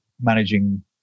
managing